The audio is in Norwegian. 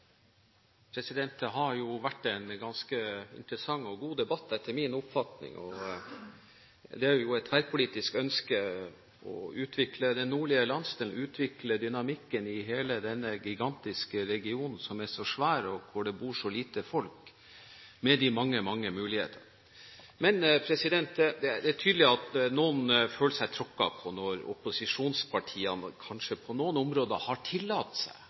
jo et tverrpolitisk ønske å utvikle den nordlige landsdelen, å utvikle dynamikken i hele denne regionen, som er så svær, og hvor det bor så lite folk, med de mange, mange muligheter. Det er tydelig at noen føler seg tråkket på når opposisjonspartiene kanskje på noen områder har tillatt seg